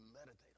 meditate